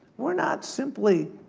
we're not simply